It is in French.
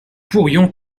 pourrions